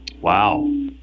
Wow